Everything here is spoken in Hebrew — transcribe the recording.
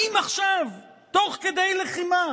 האם עכשיו, תוך כדי לחימה,